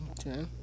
Okay